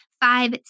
Five